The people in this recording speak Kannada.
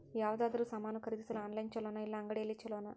ಯಾವುದಾದರೂ ಸಾಮಾನು ಖರೇದಿಸಲು ಆನ್ಲೈನ್ ಛೊಲೊನಾ ಇಲ್ಲ ಅಂಗಡಿಯಲ್ಲಿ ಛೊಲೊನಾ?